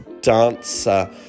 Dancer